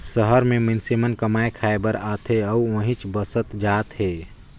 सहर में मईनसे मन कमाए खाये बर आथे अउ उहींच बसत जात हें